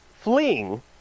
fleeing